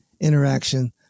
interaction